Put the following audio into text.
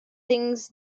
things